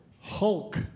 Hulk